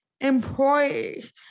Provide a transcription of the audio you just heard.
employees